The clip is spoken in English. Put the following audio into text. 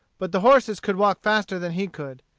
but the horses could walk faster than he could.